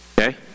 Okay